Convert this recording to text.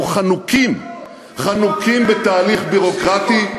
אנחנו חנוקים בתהליך ביורוקרטי,